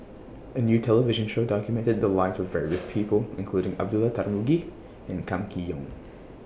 A New television Show documented The Lives of various People including Abdullah Tarmugi and Kam Kee Yong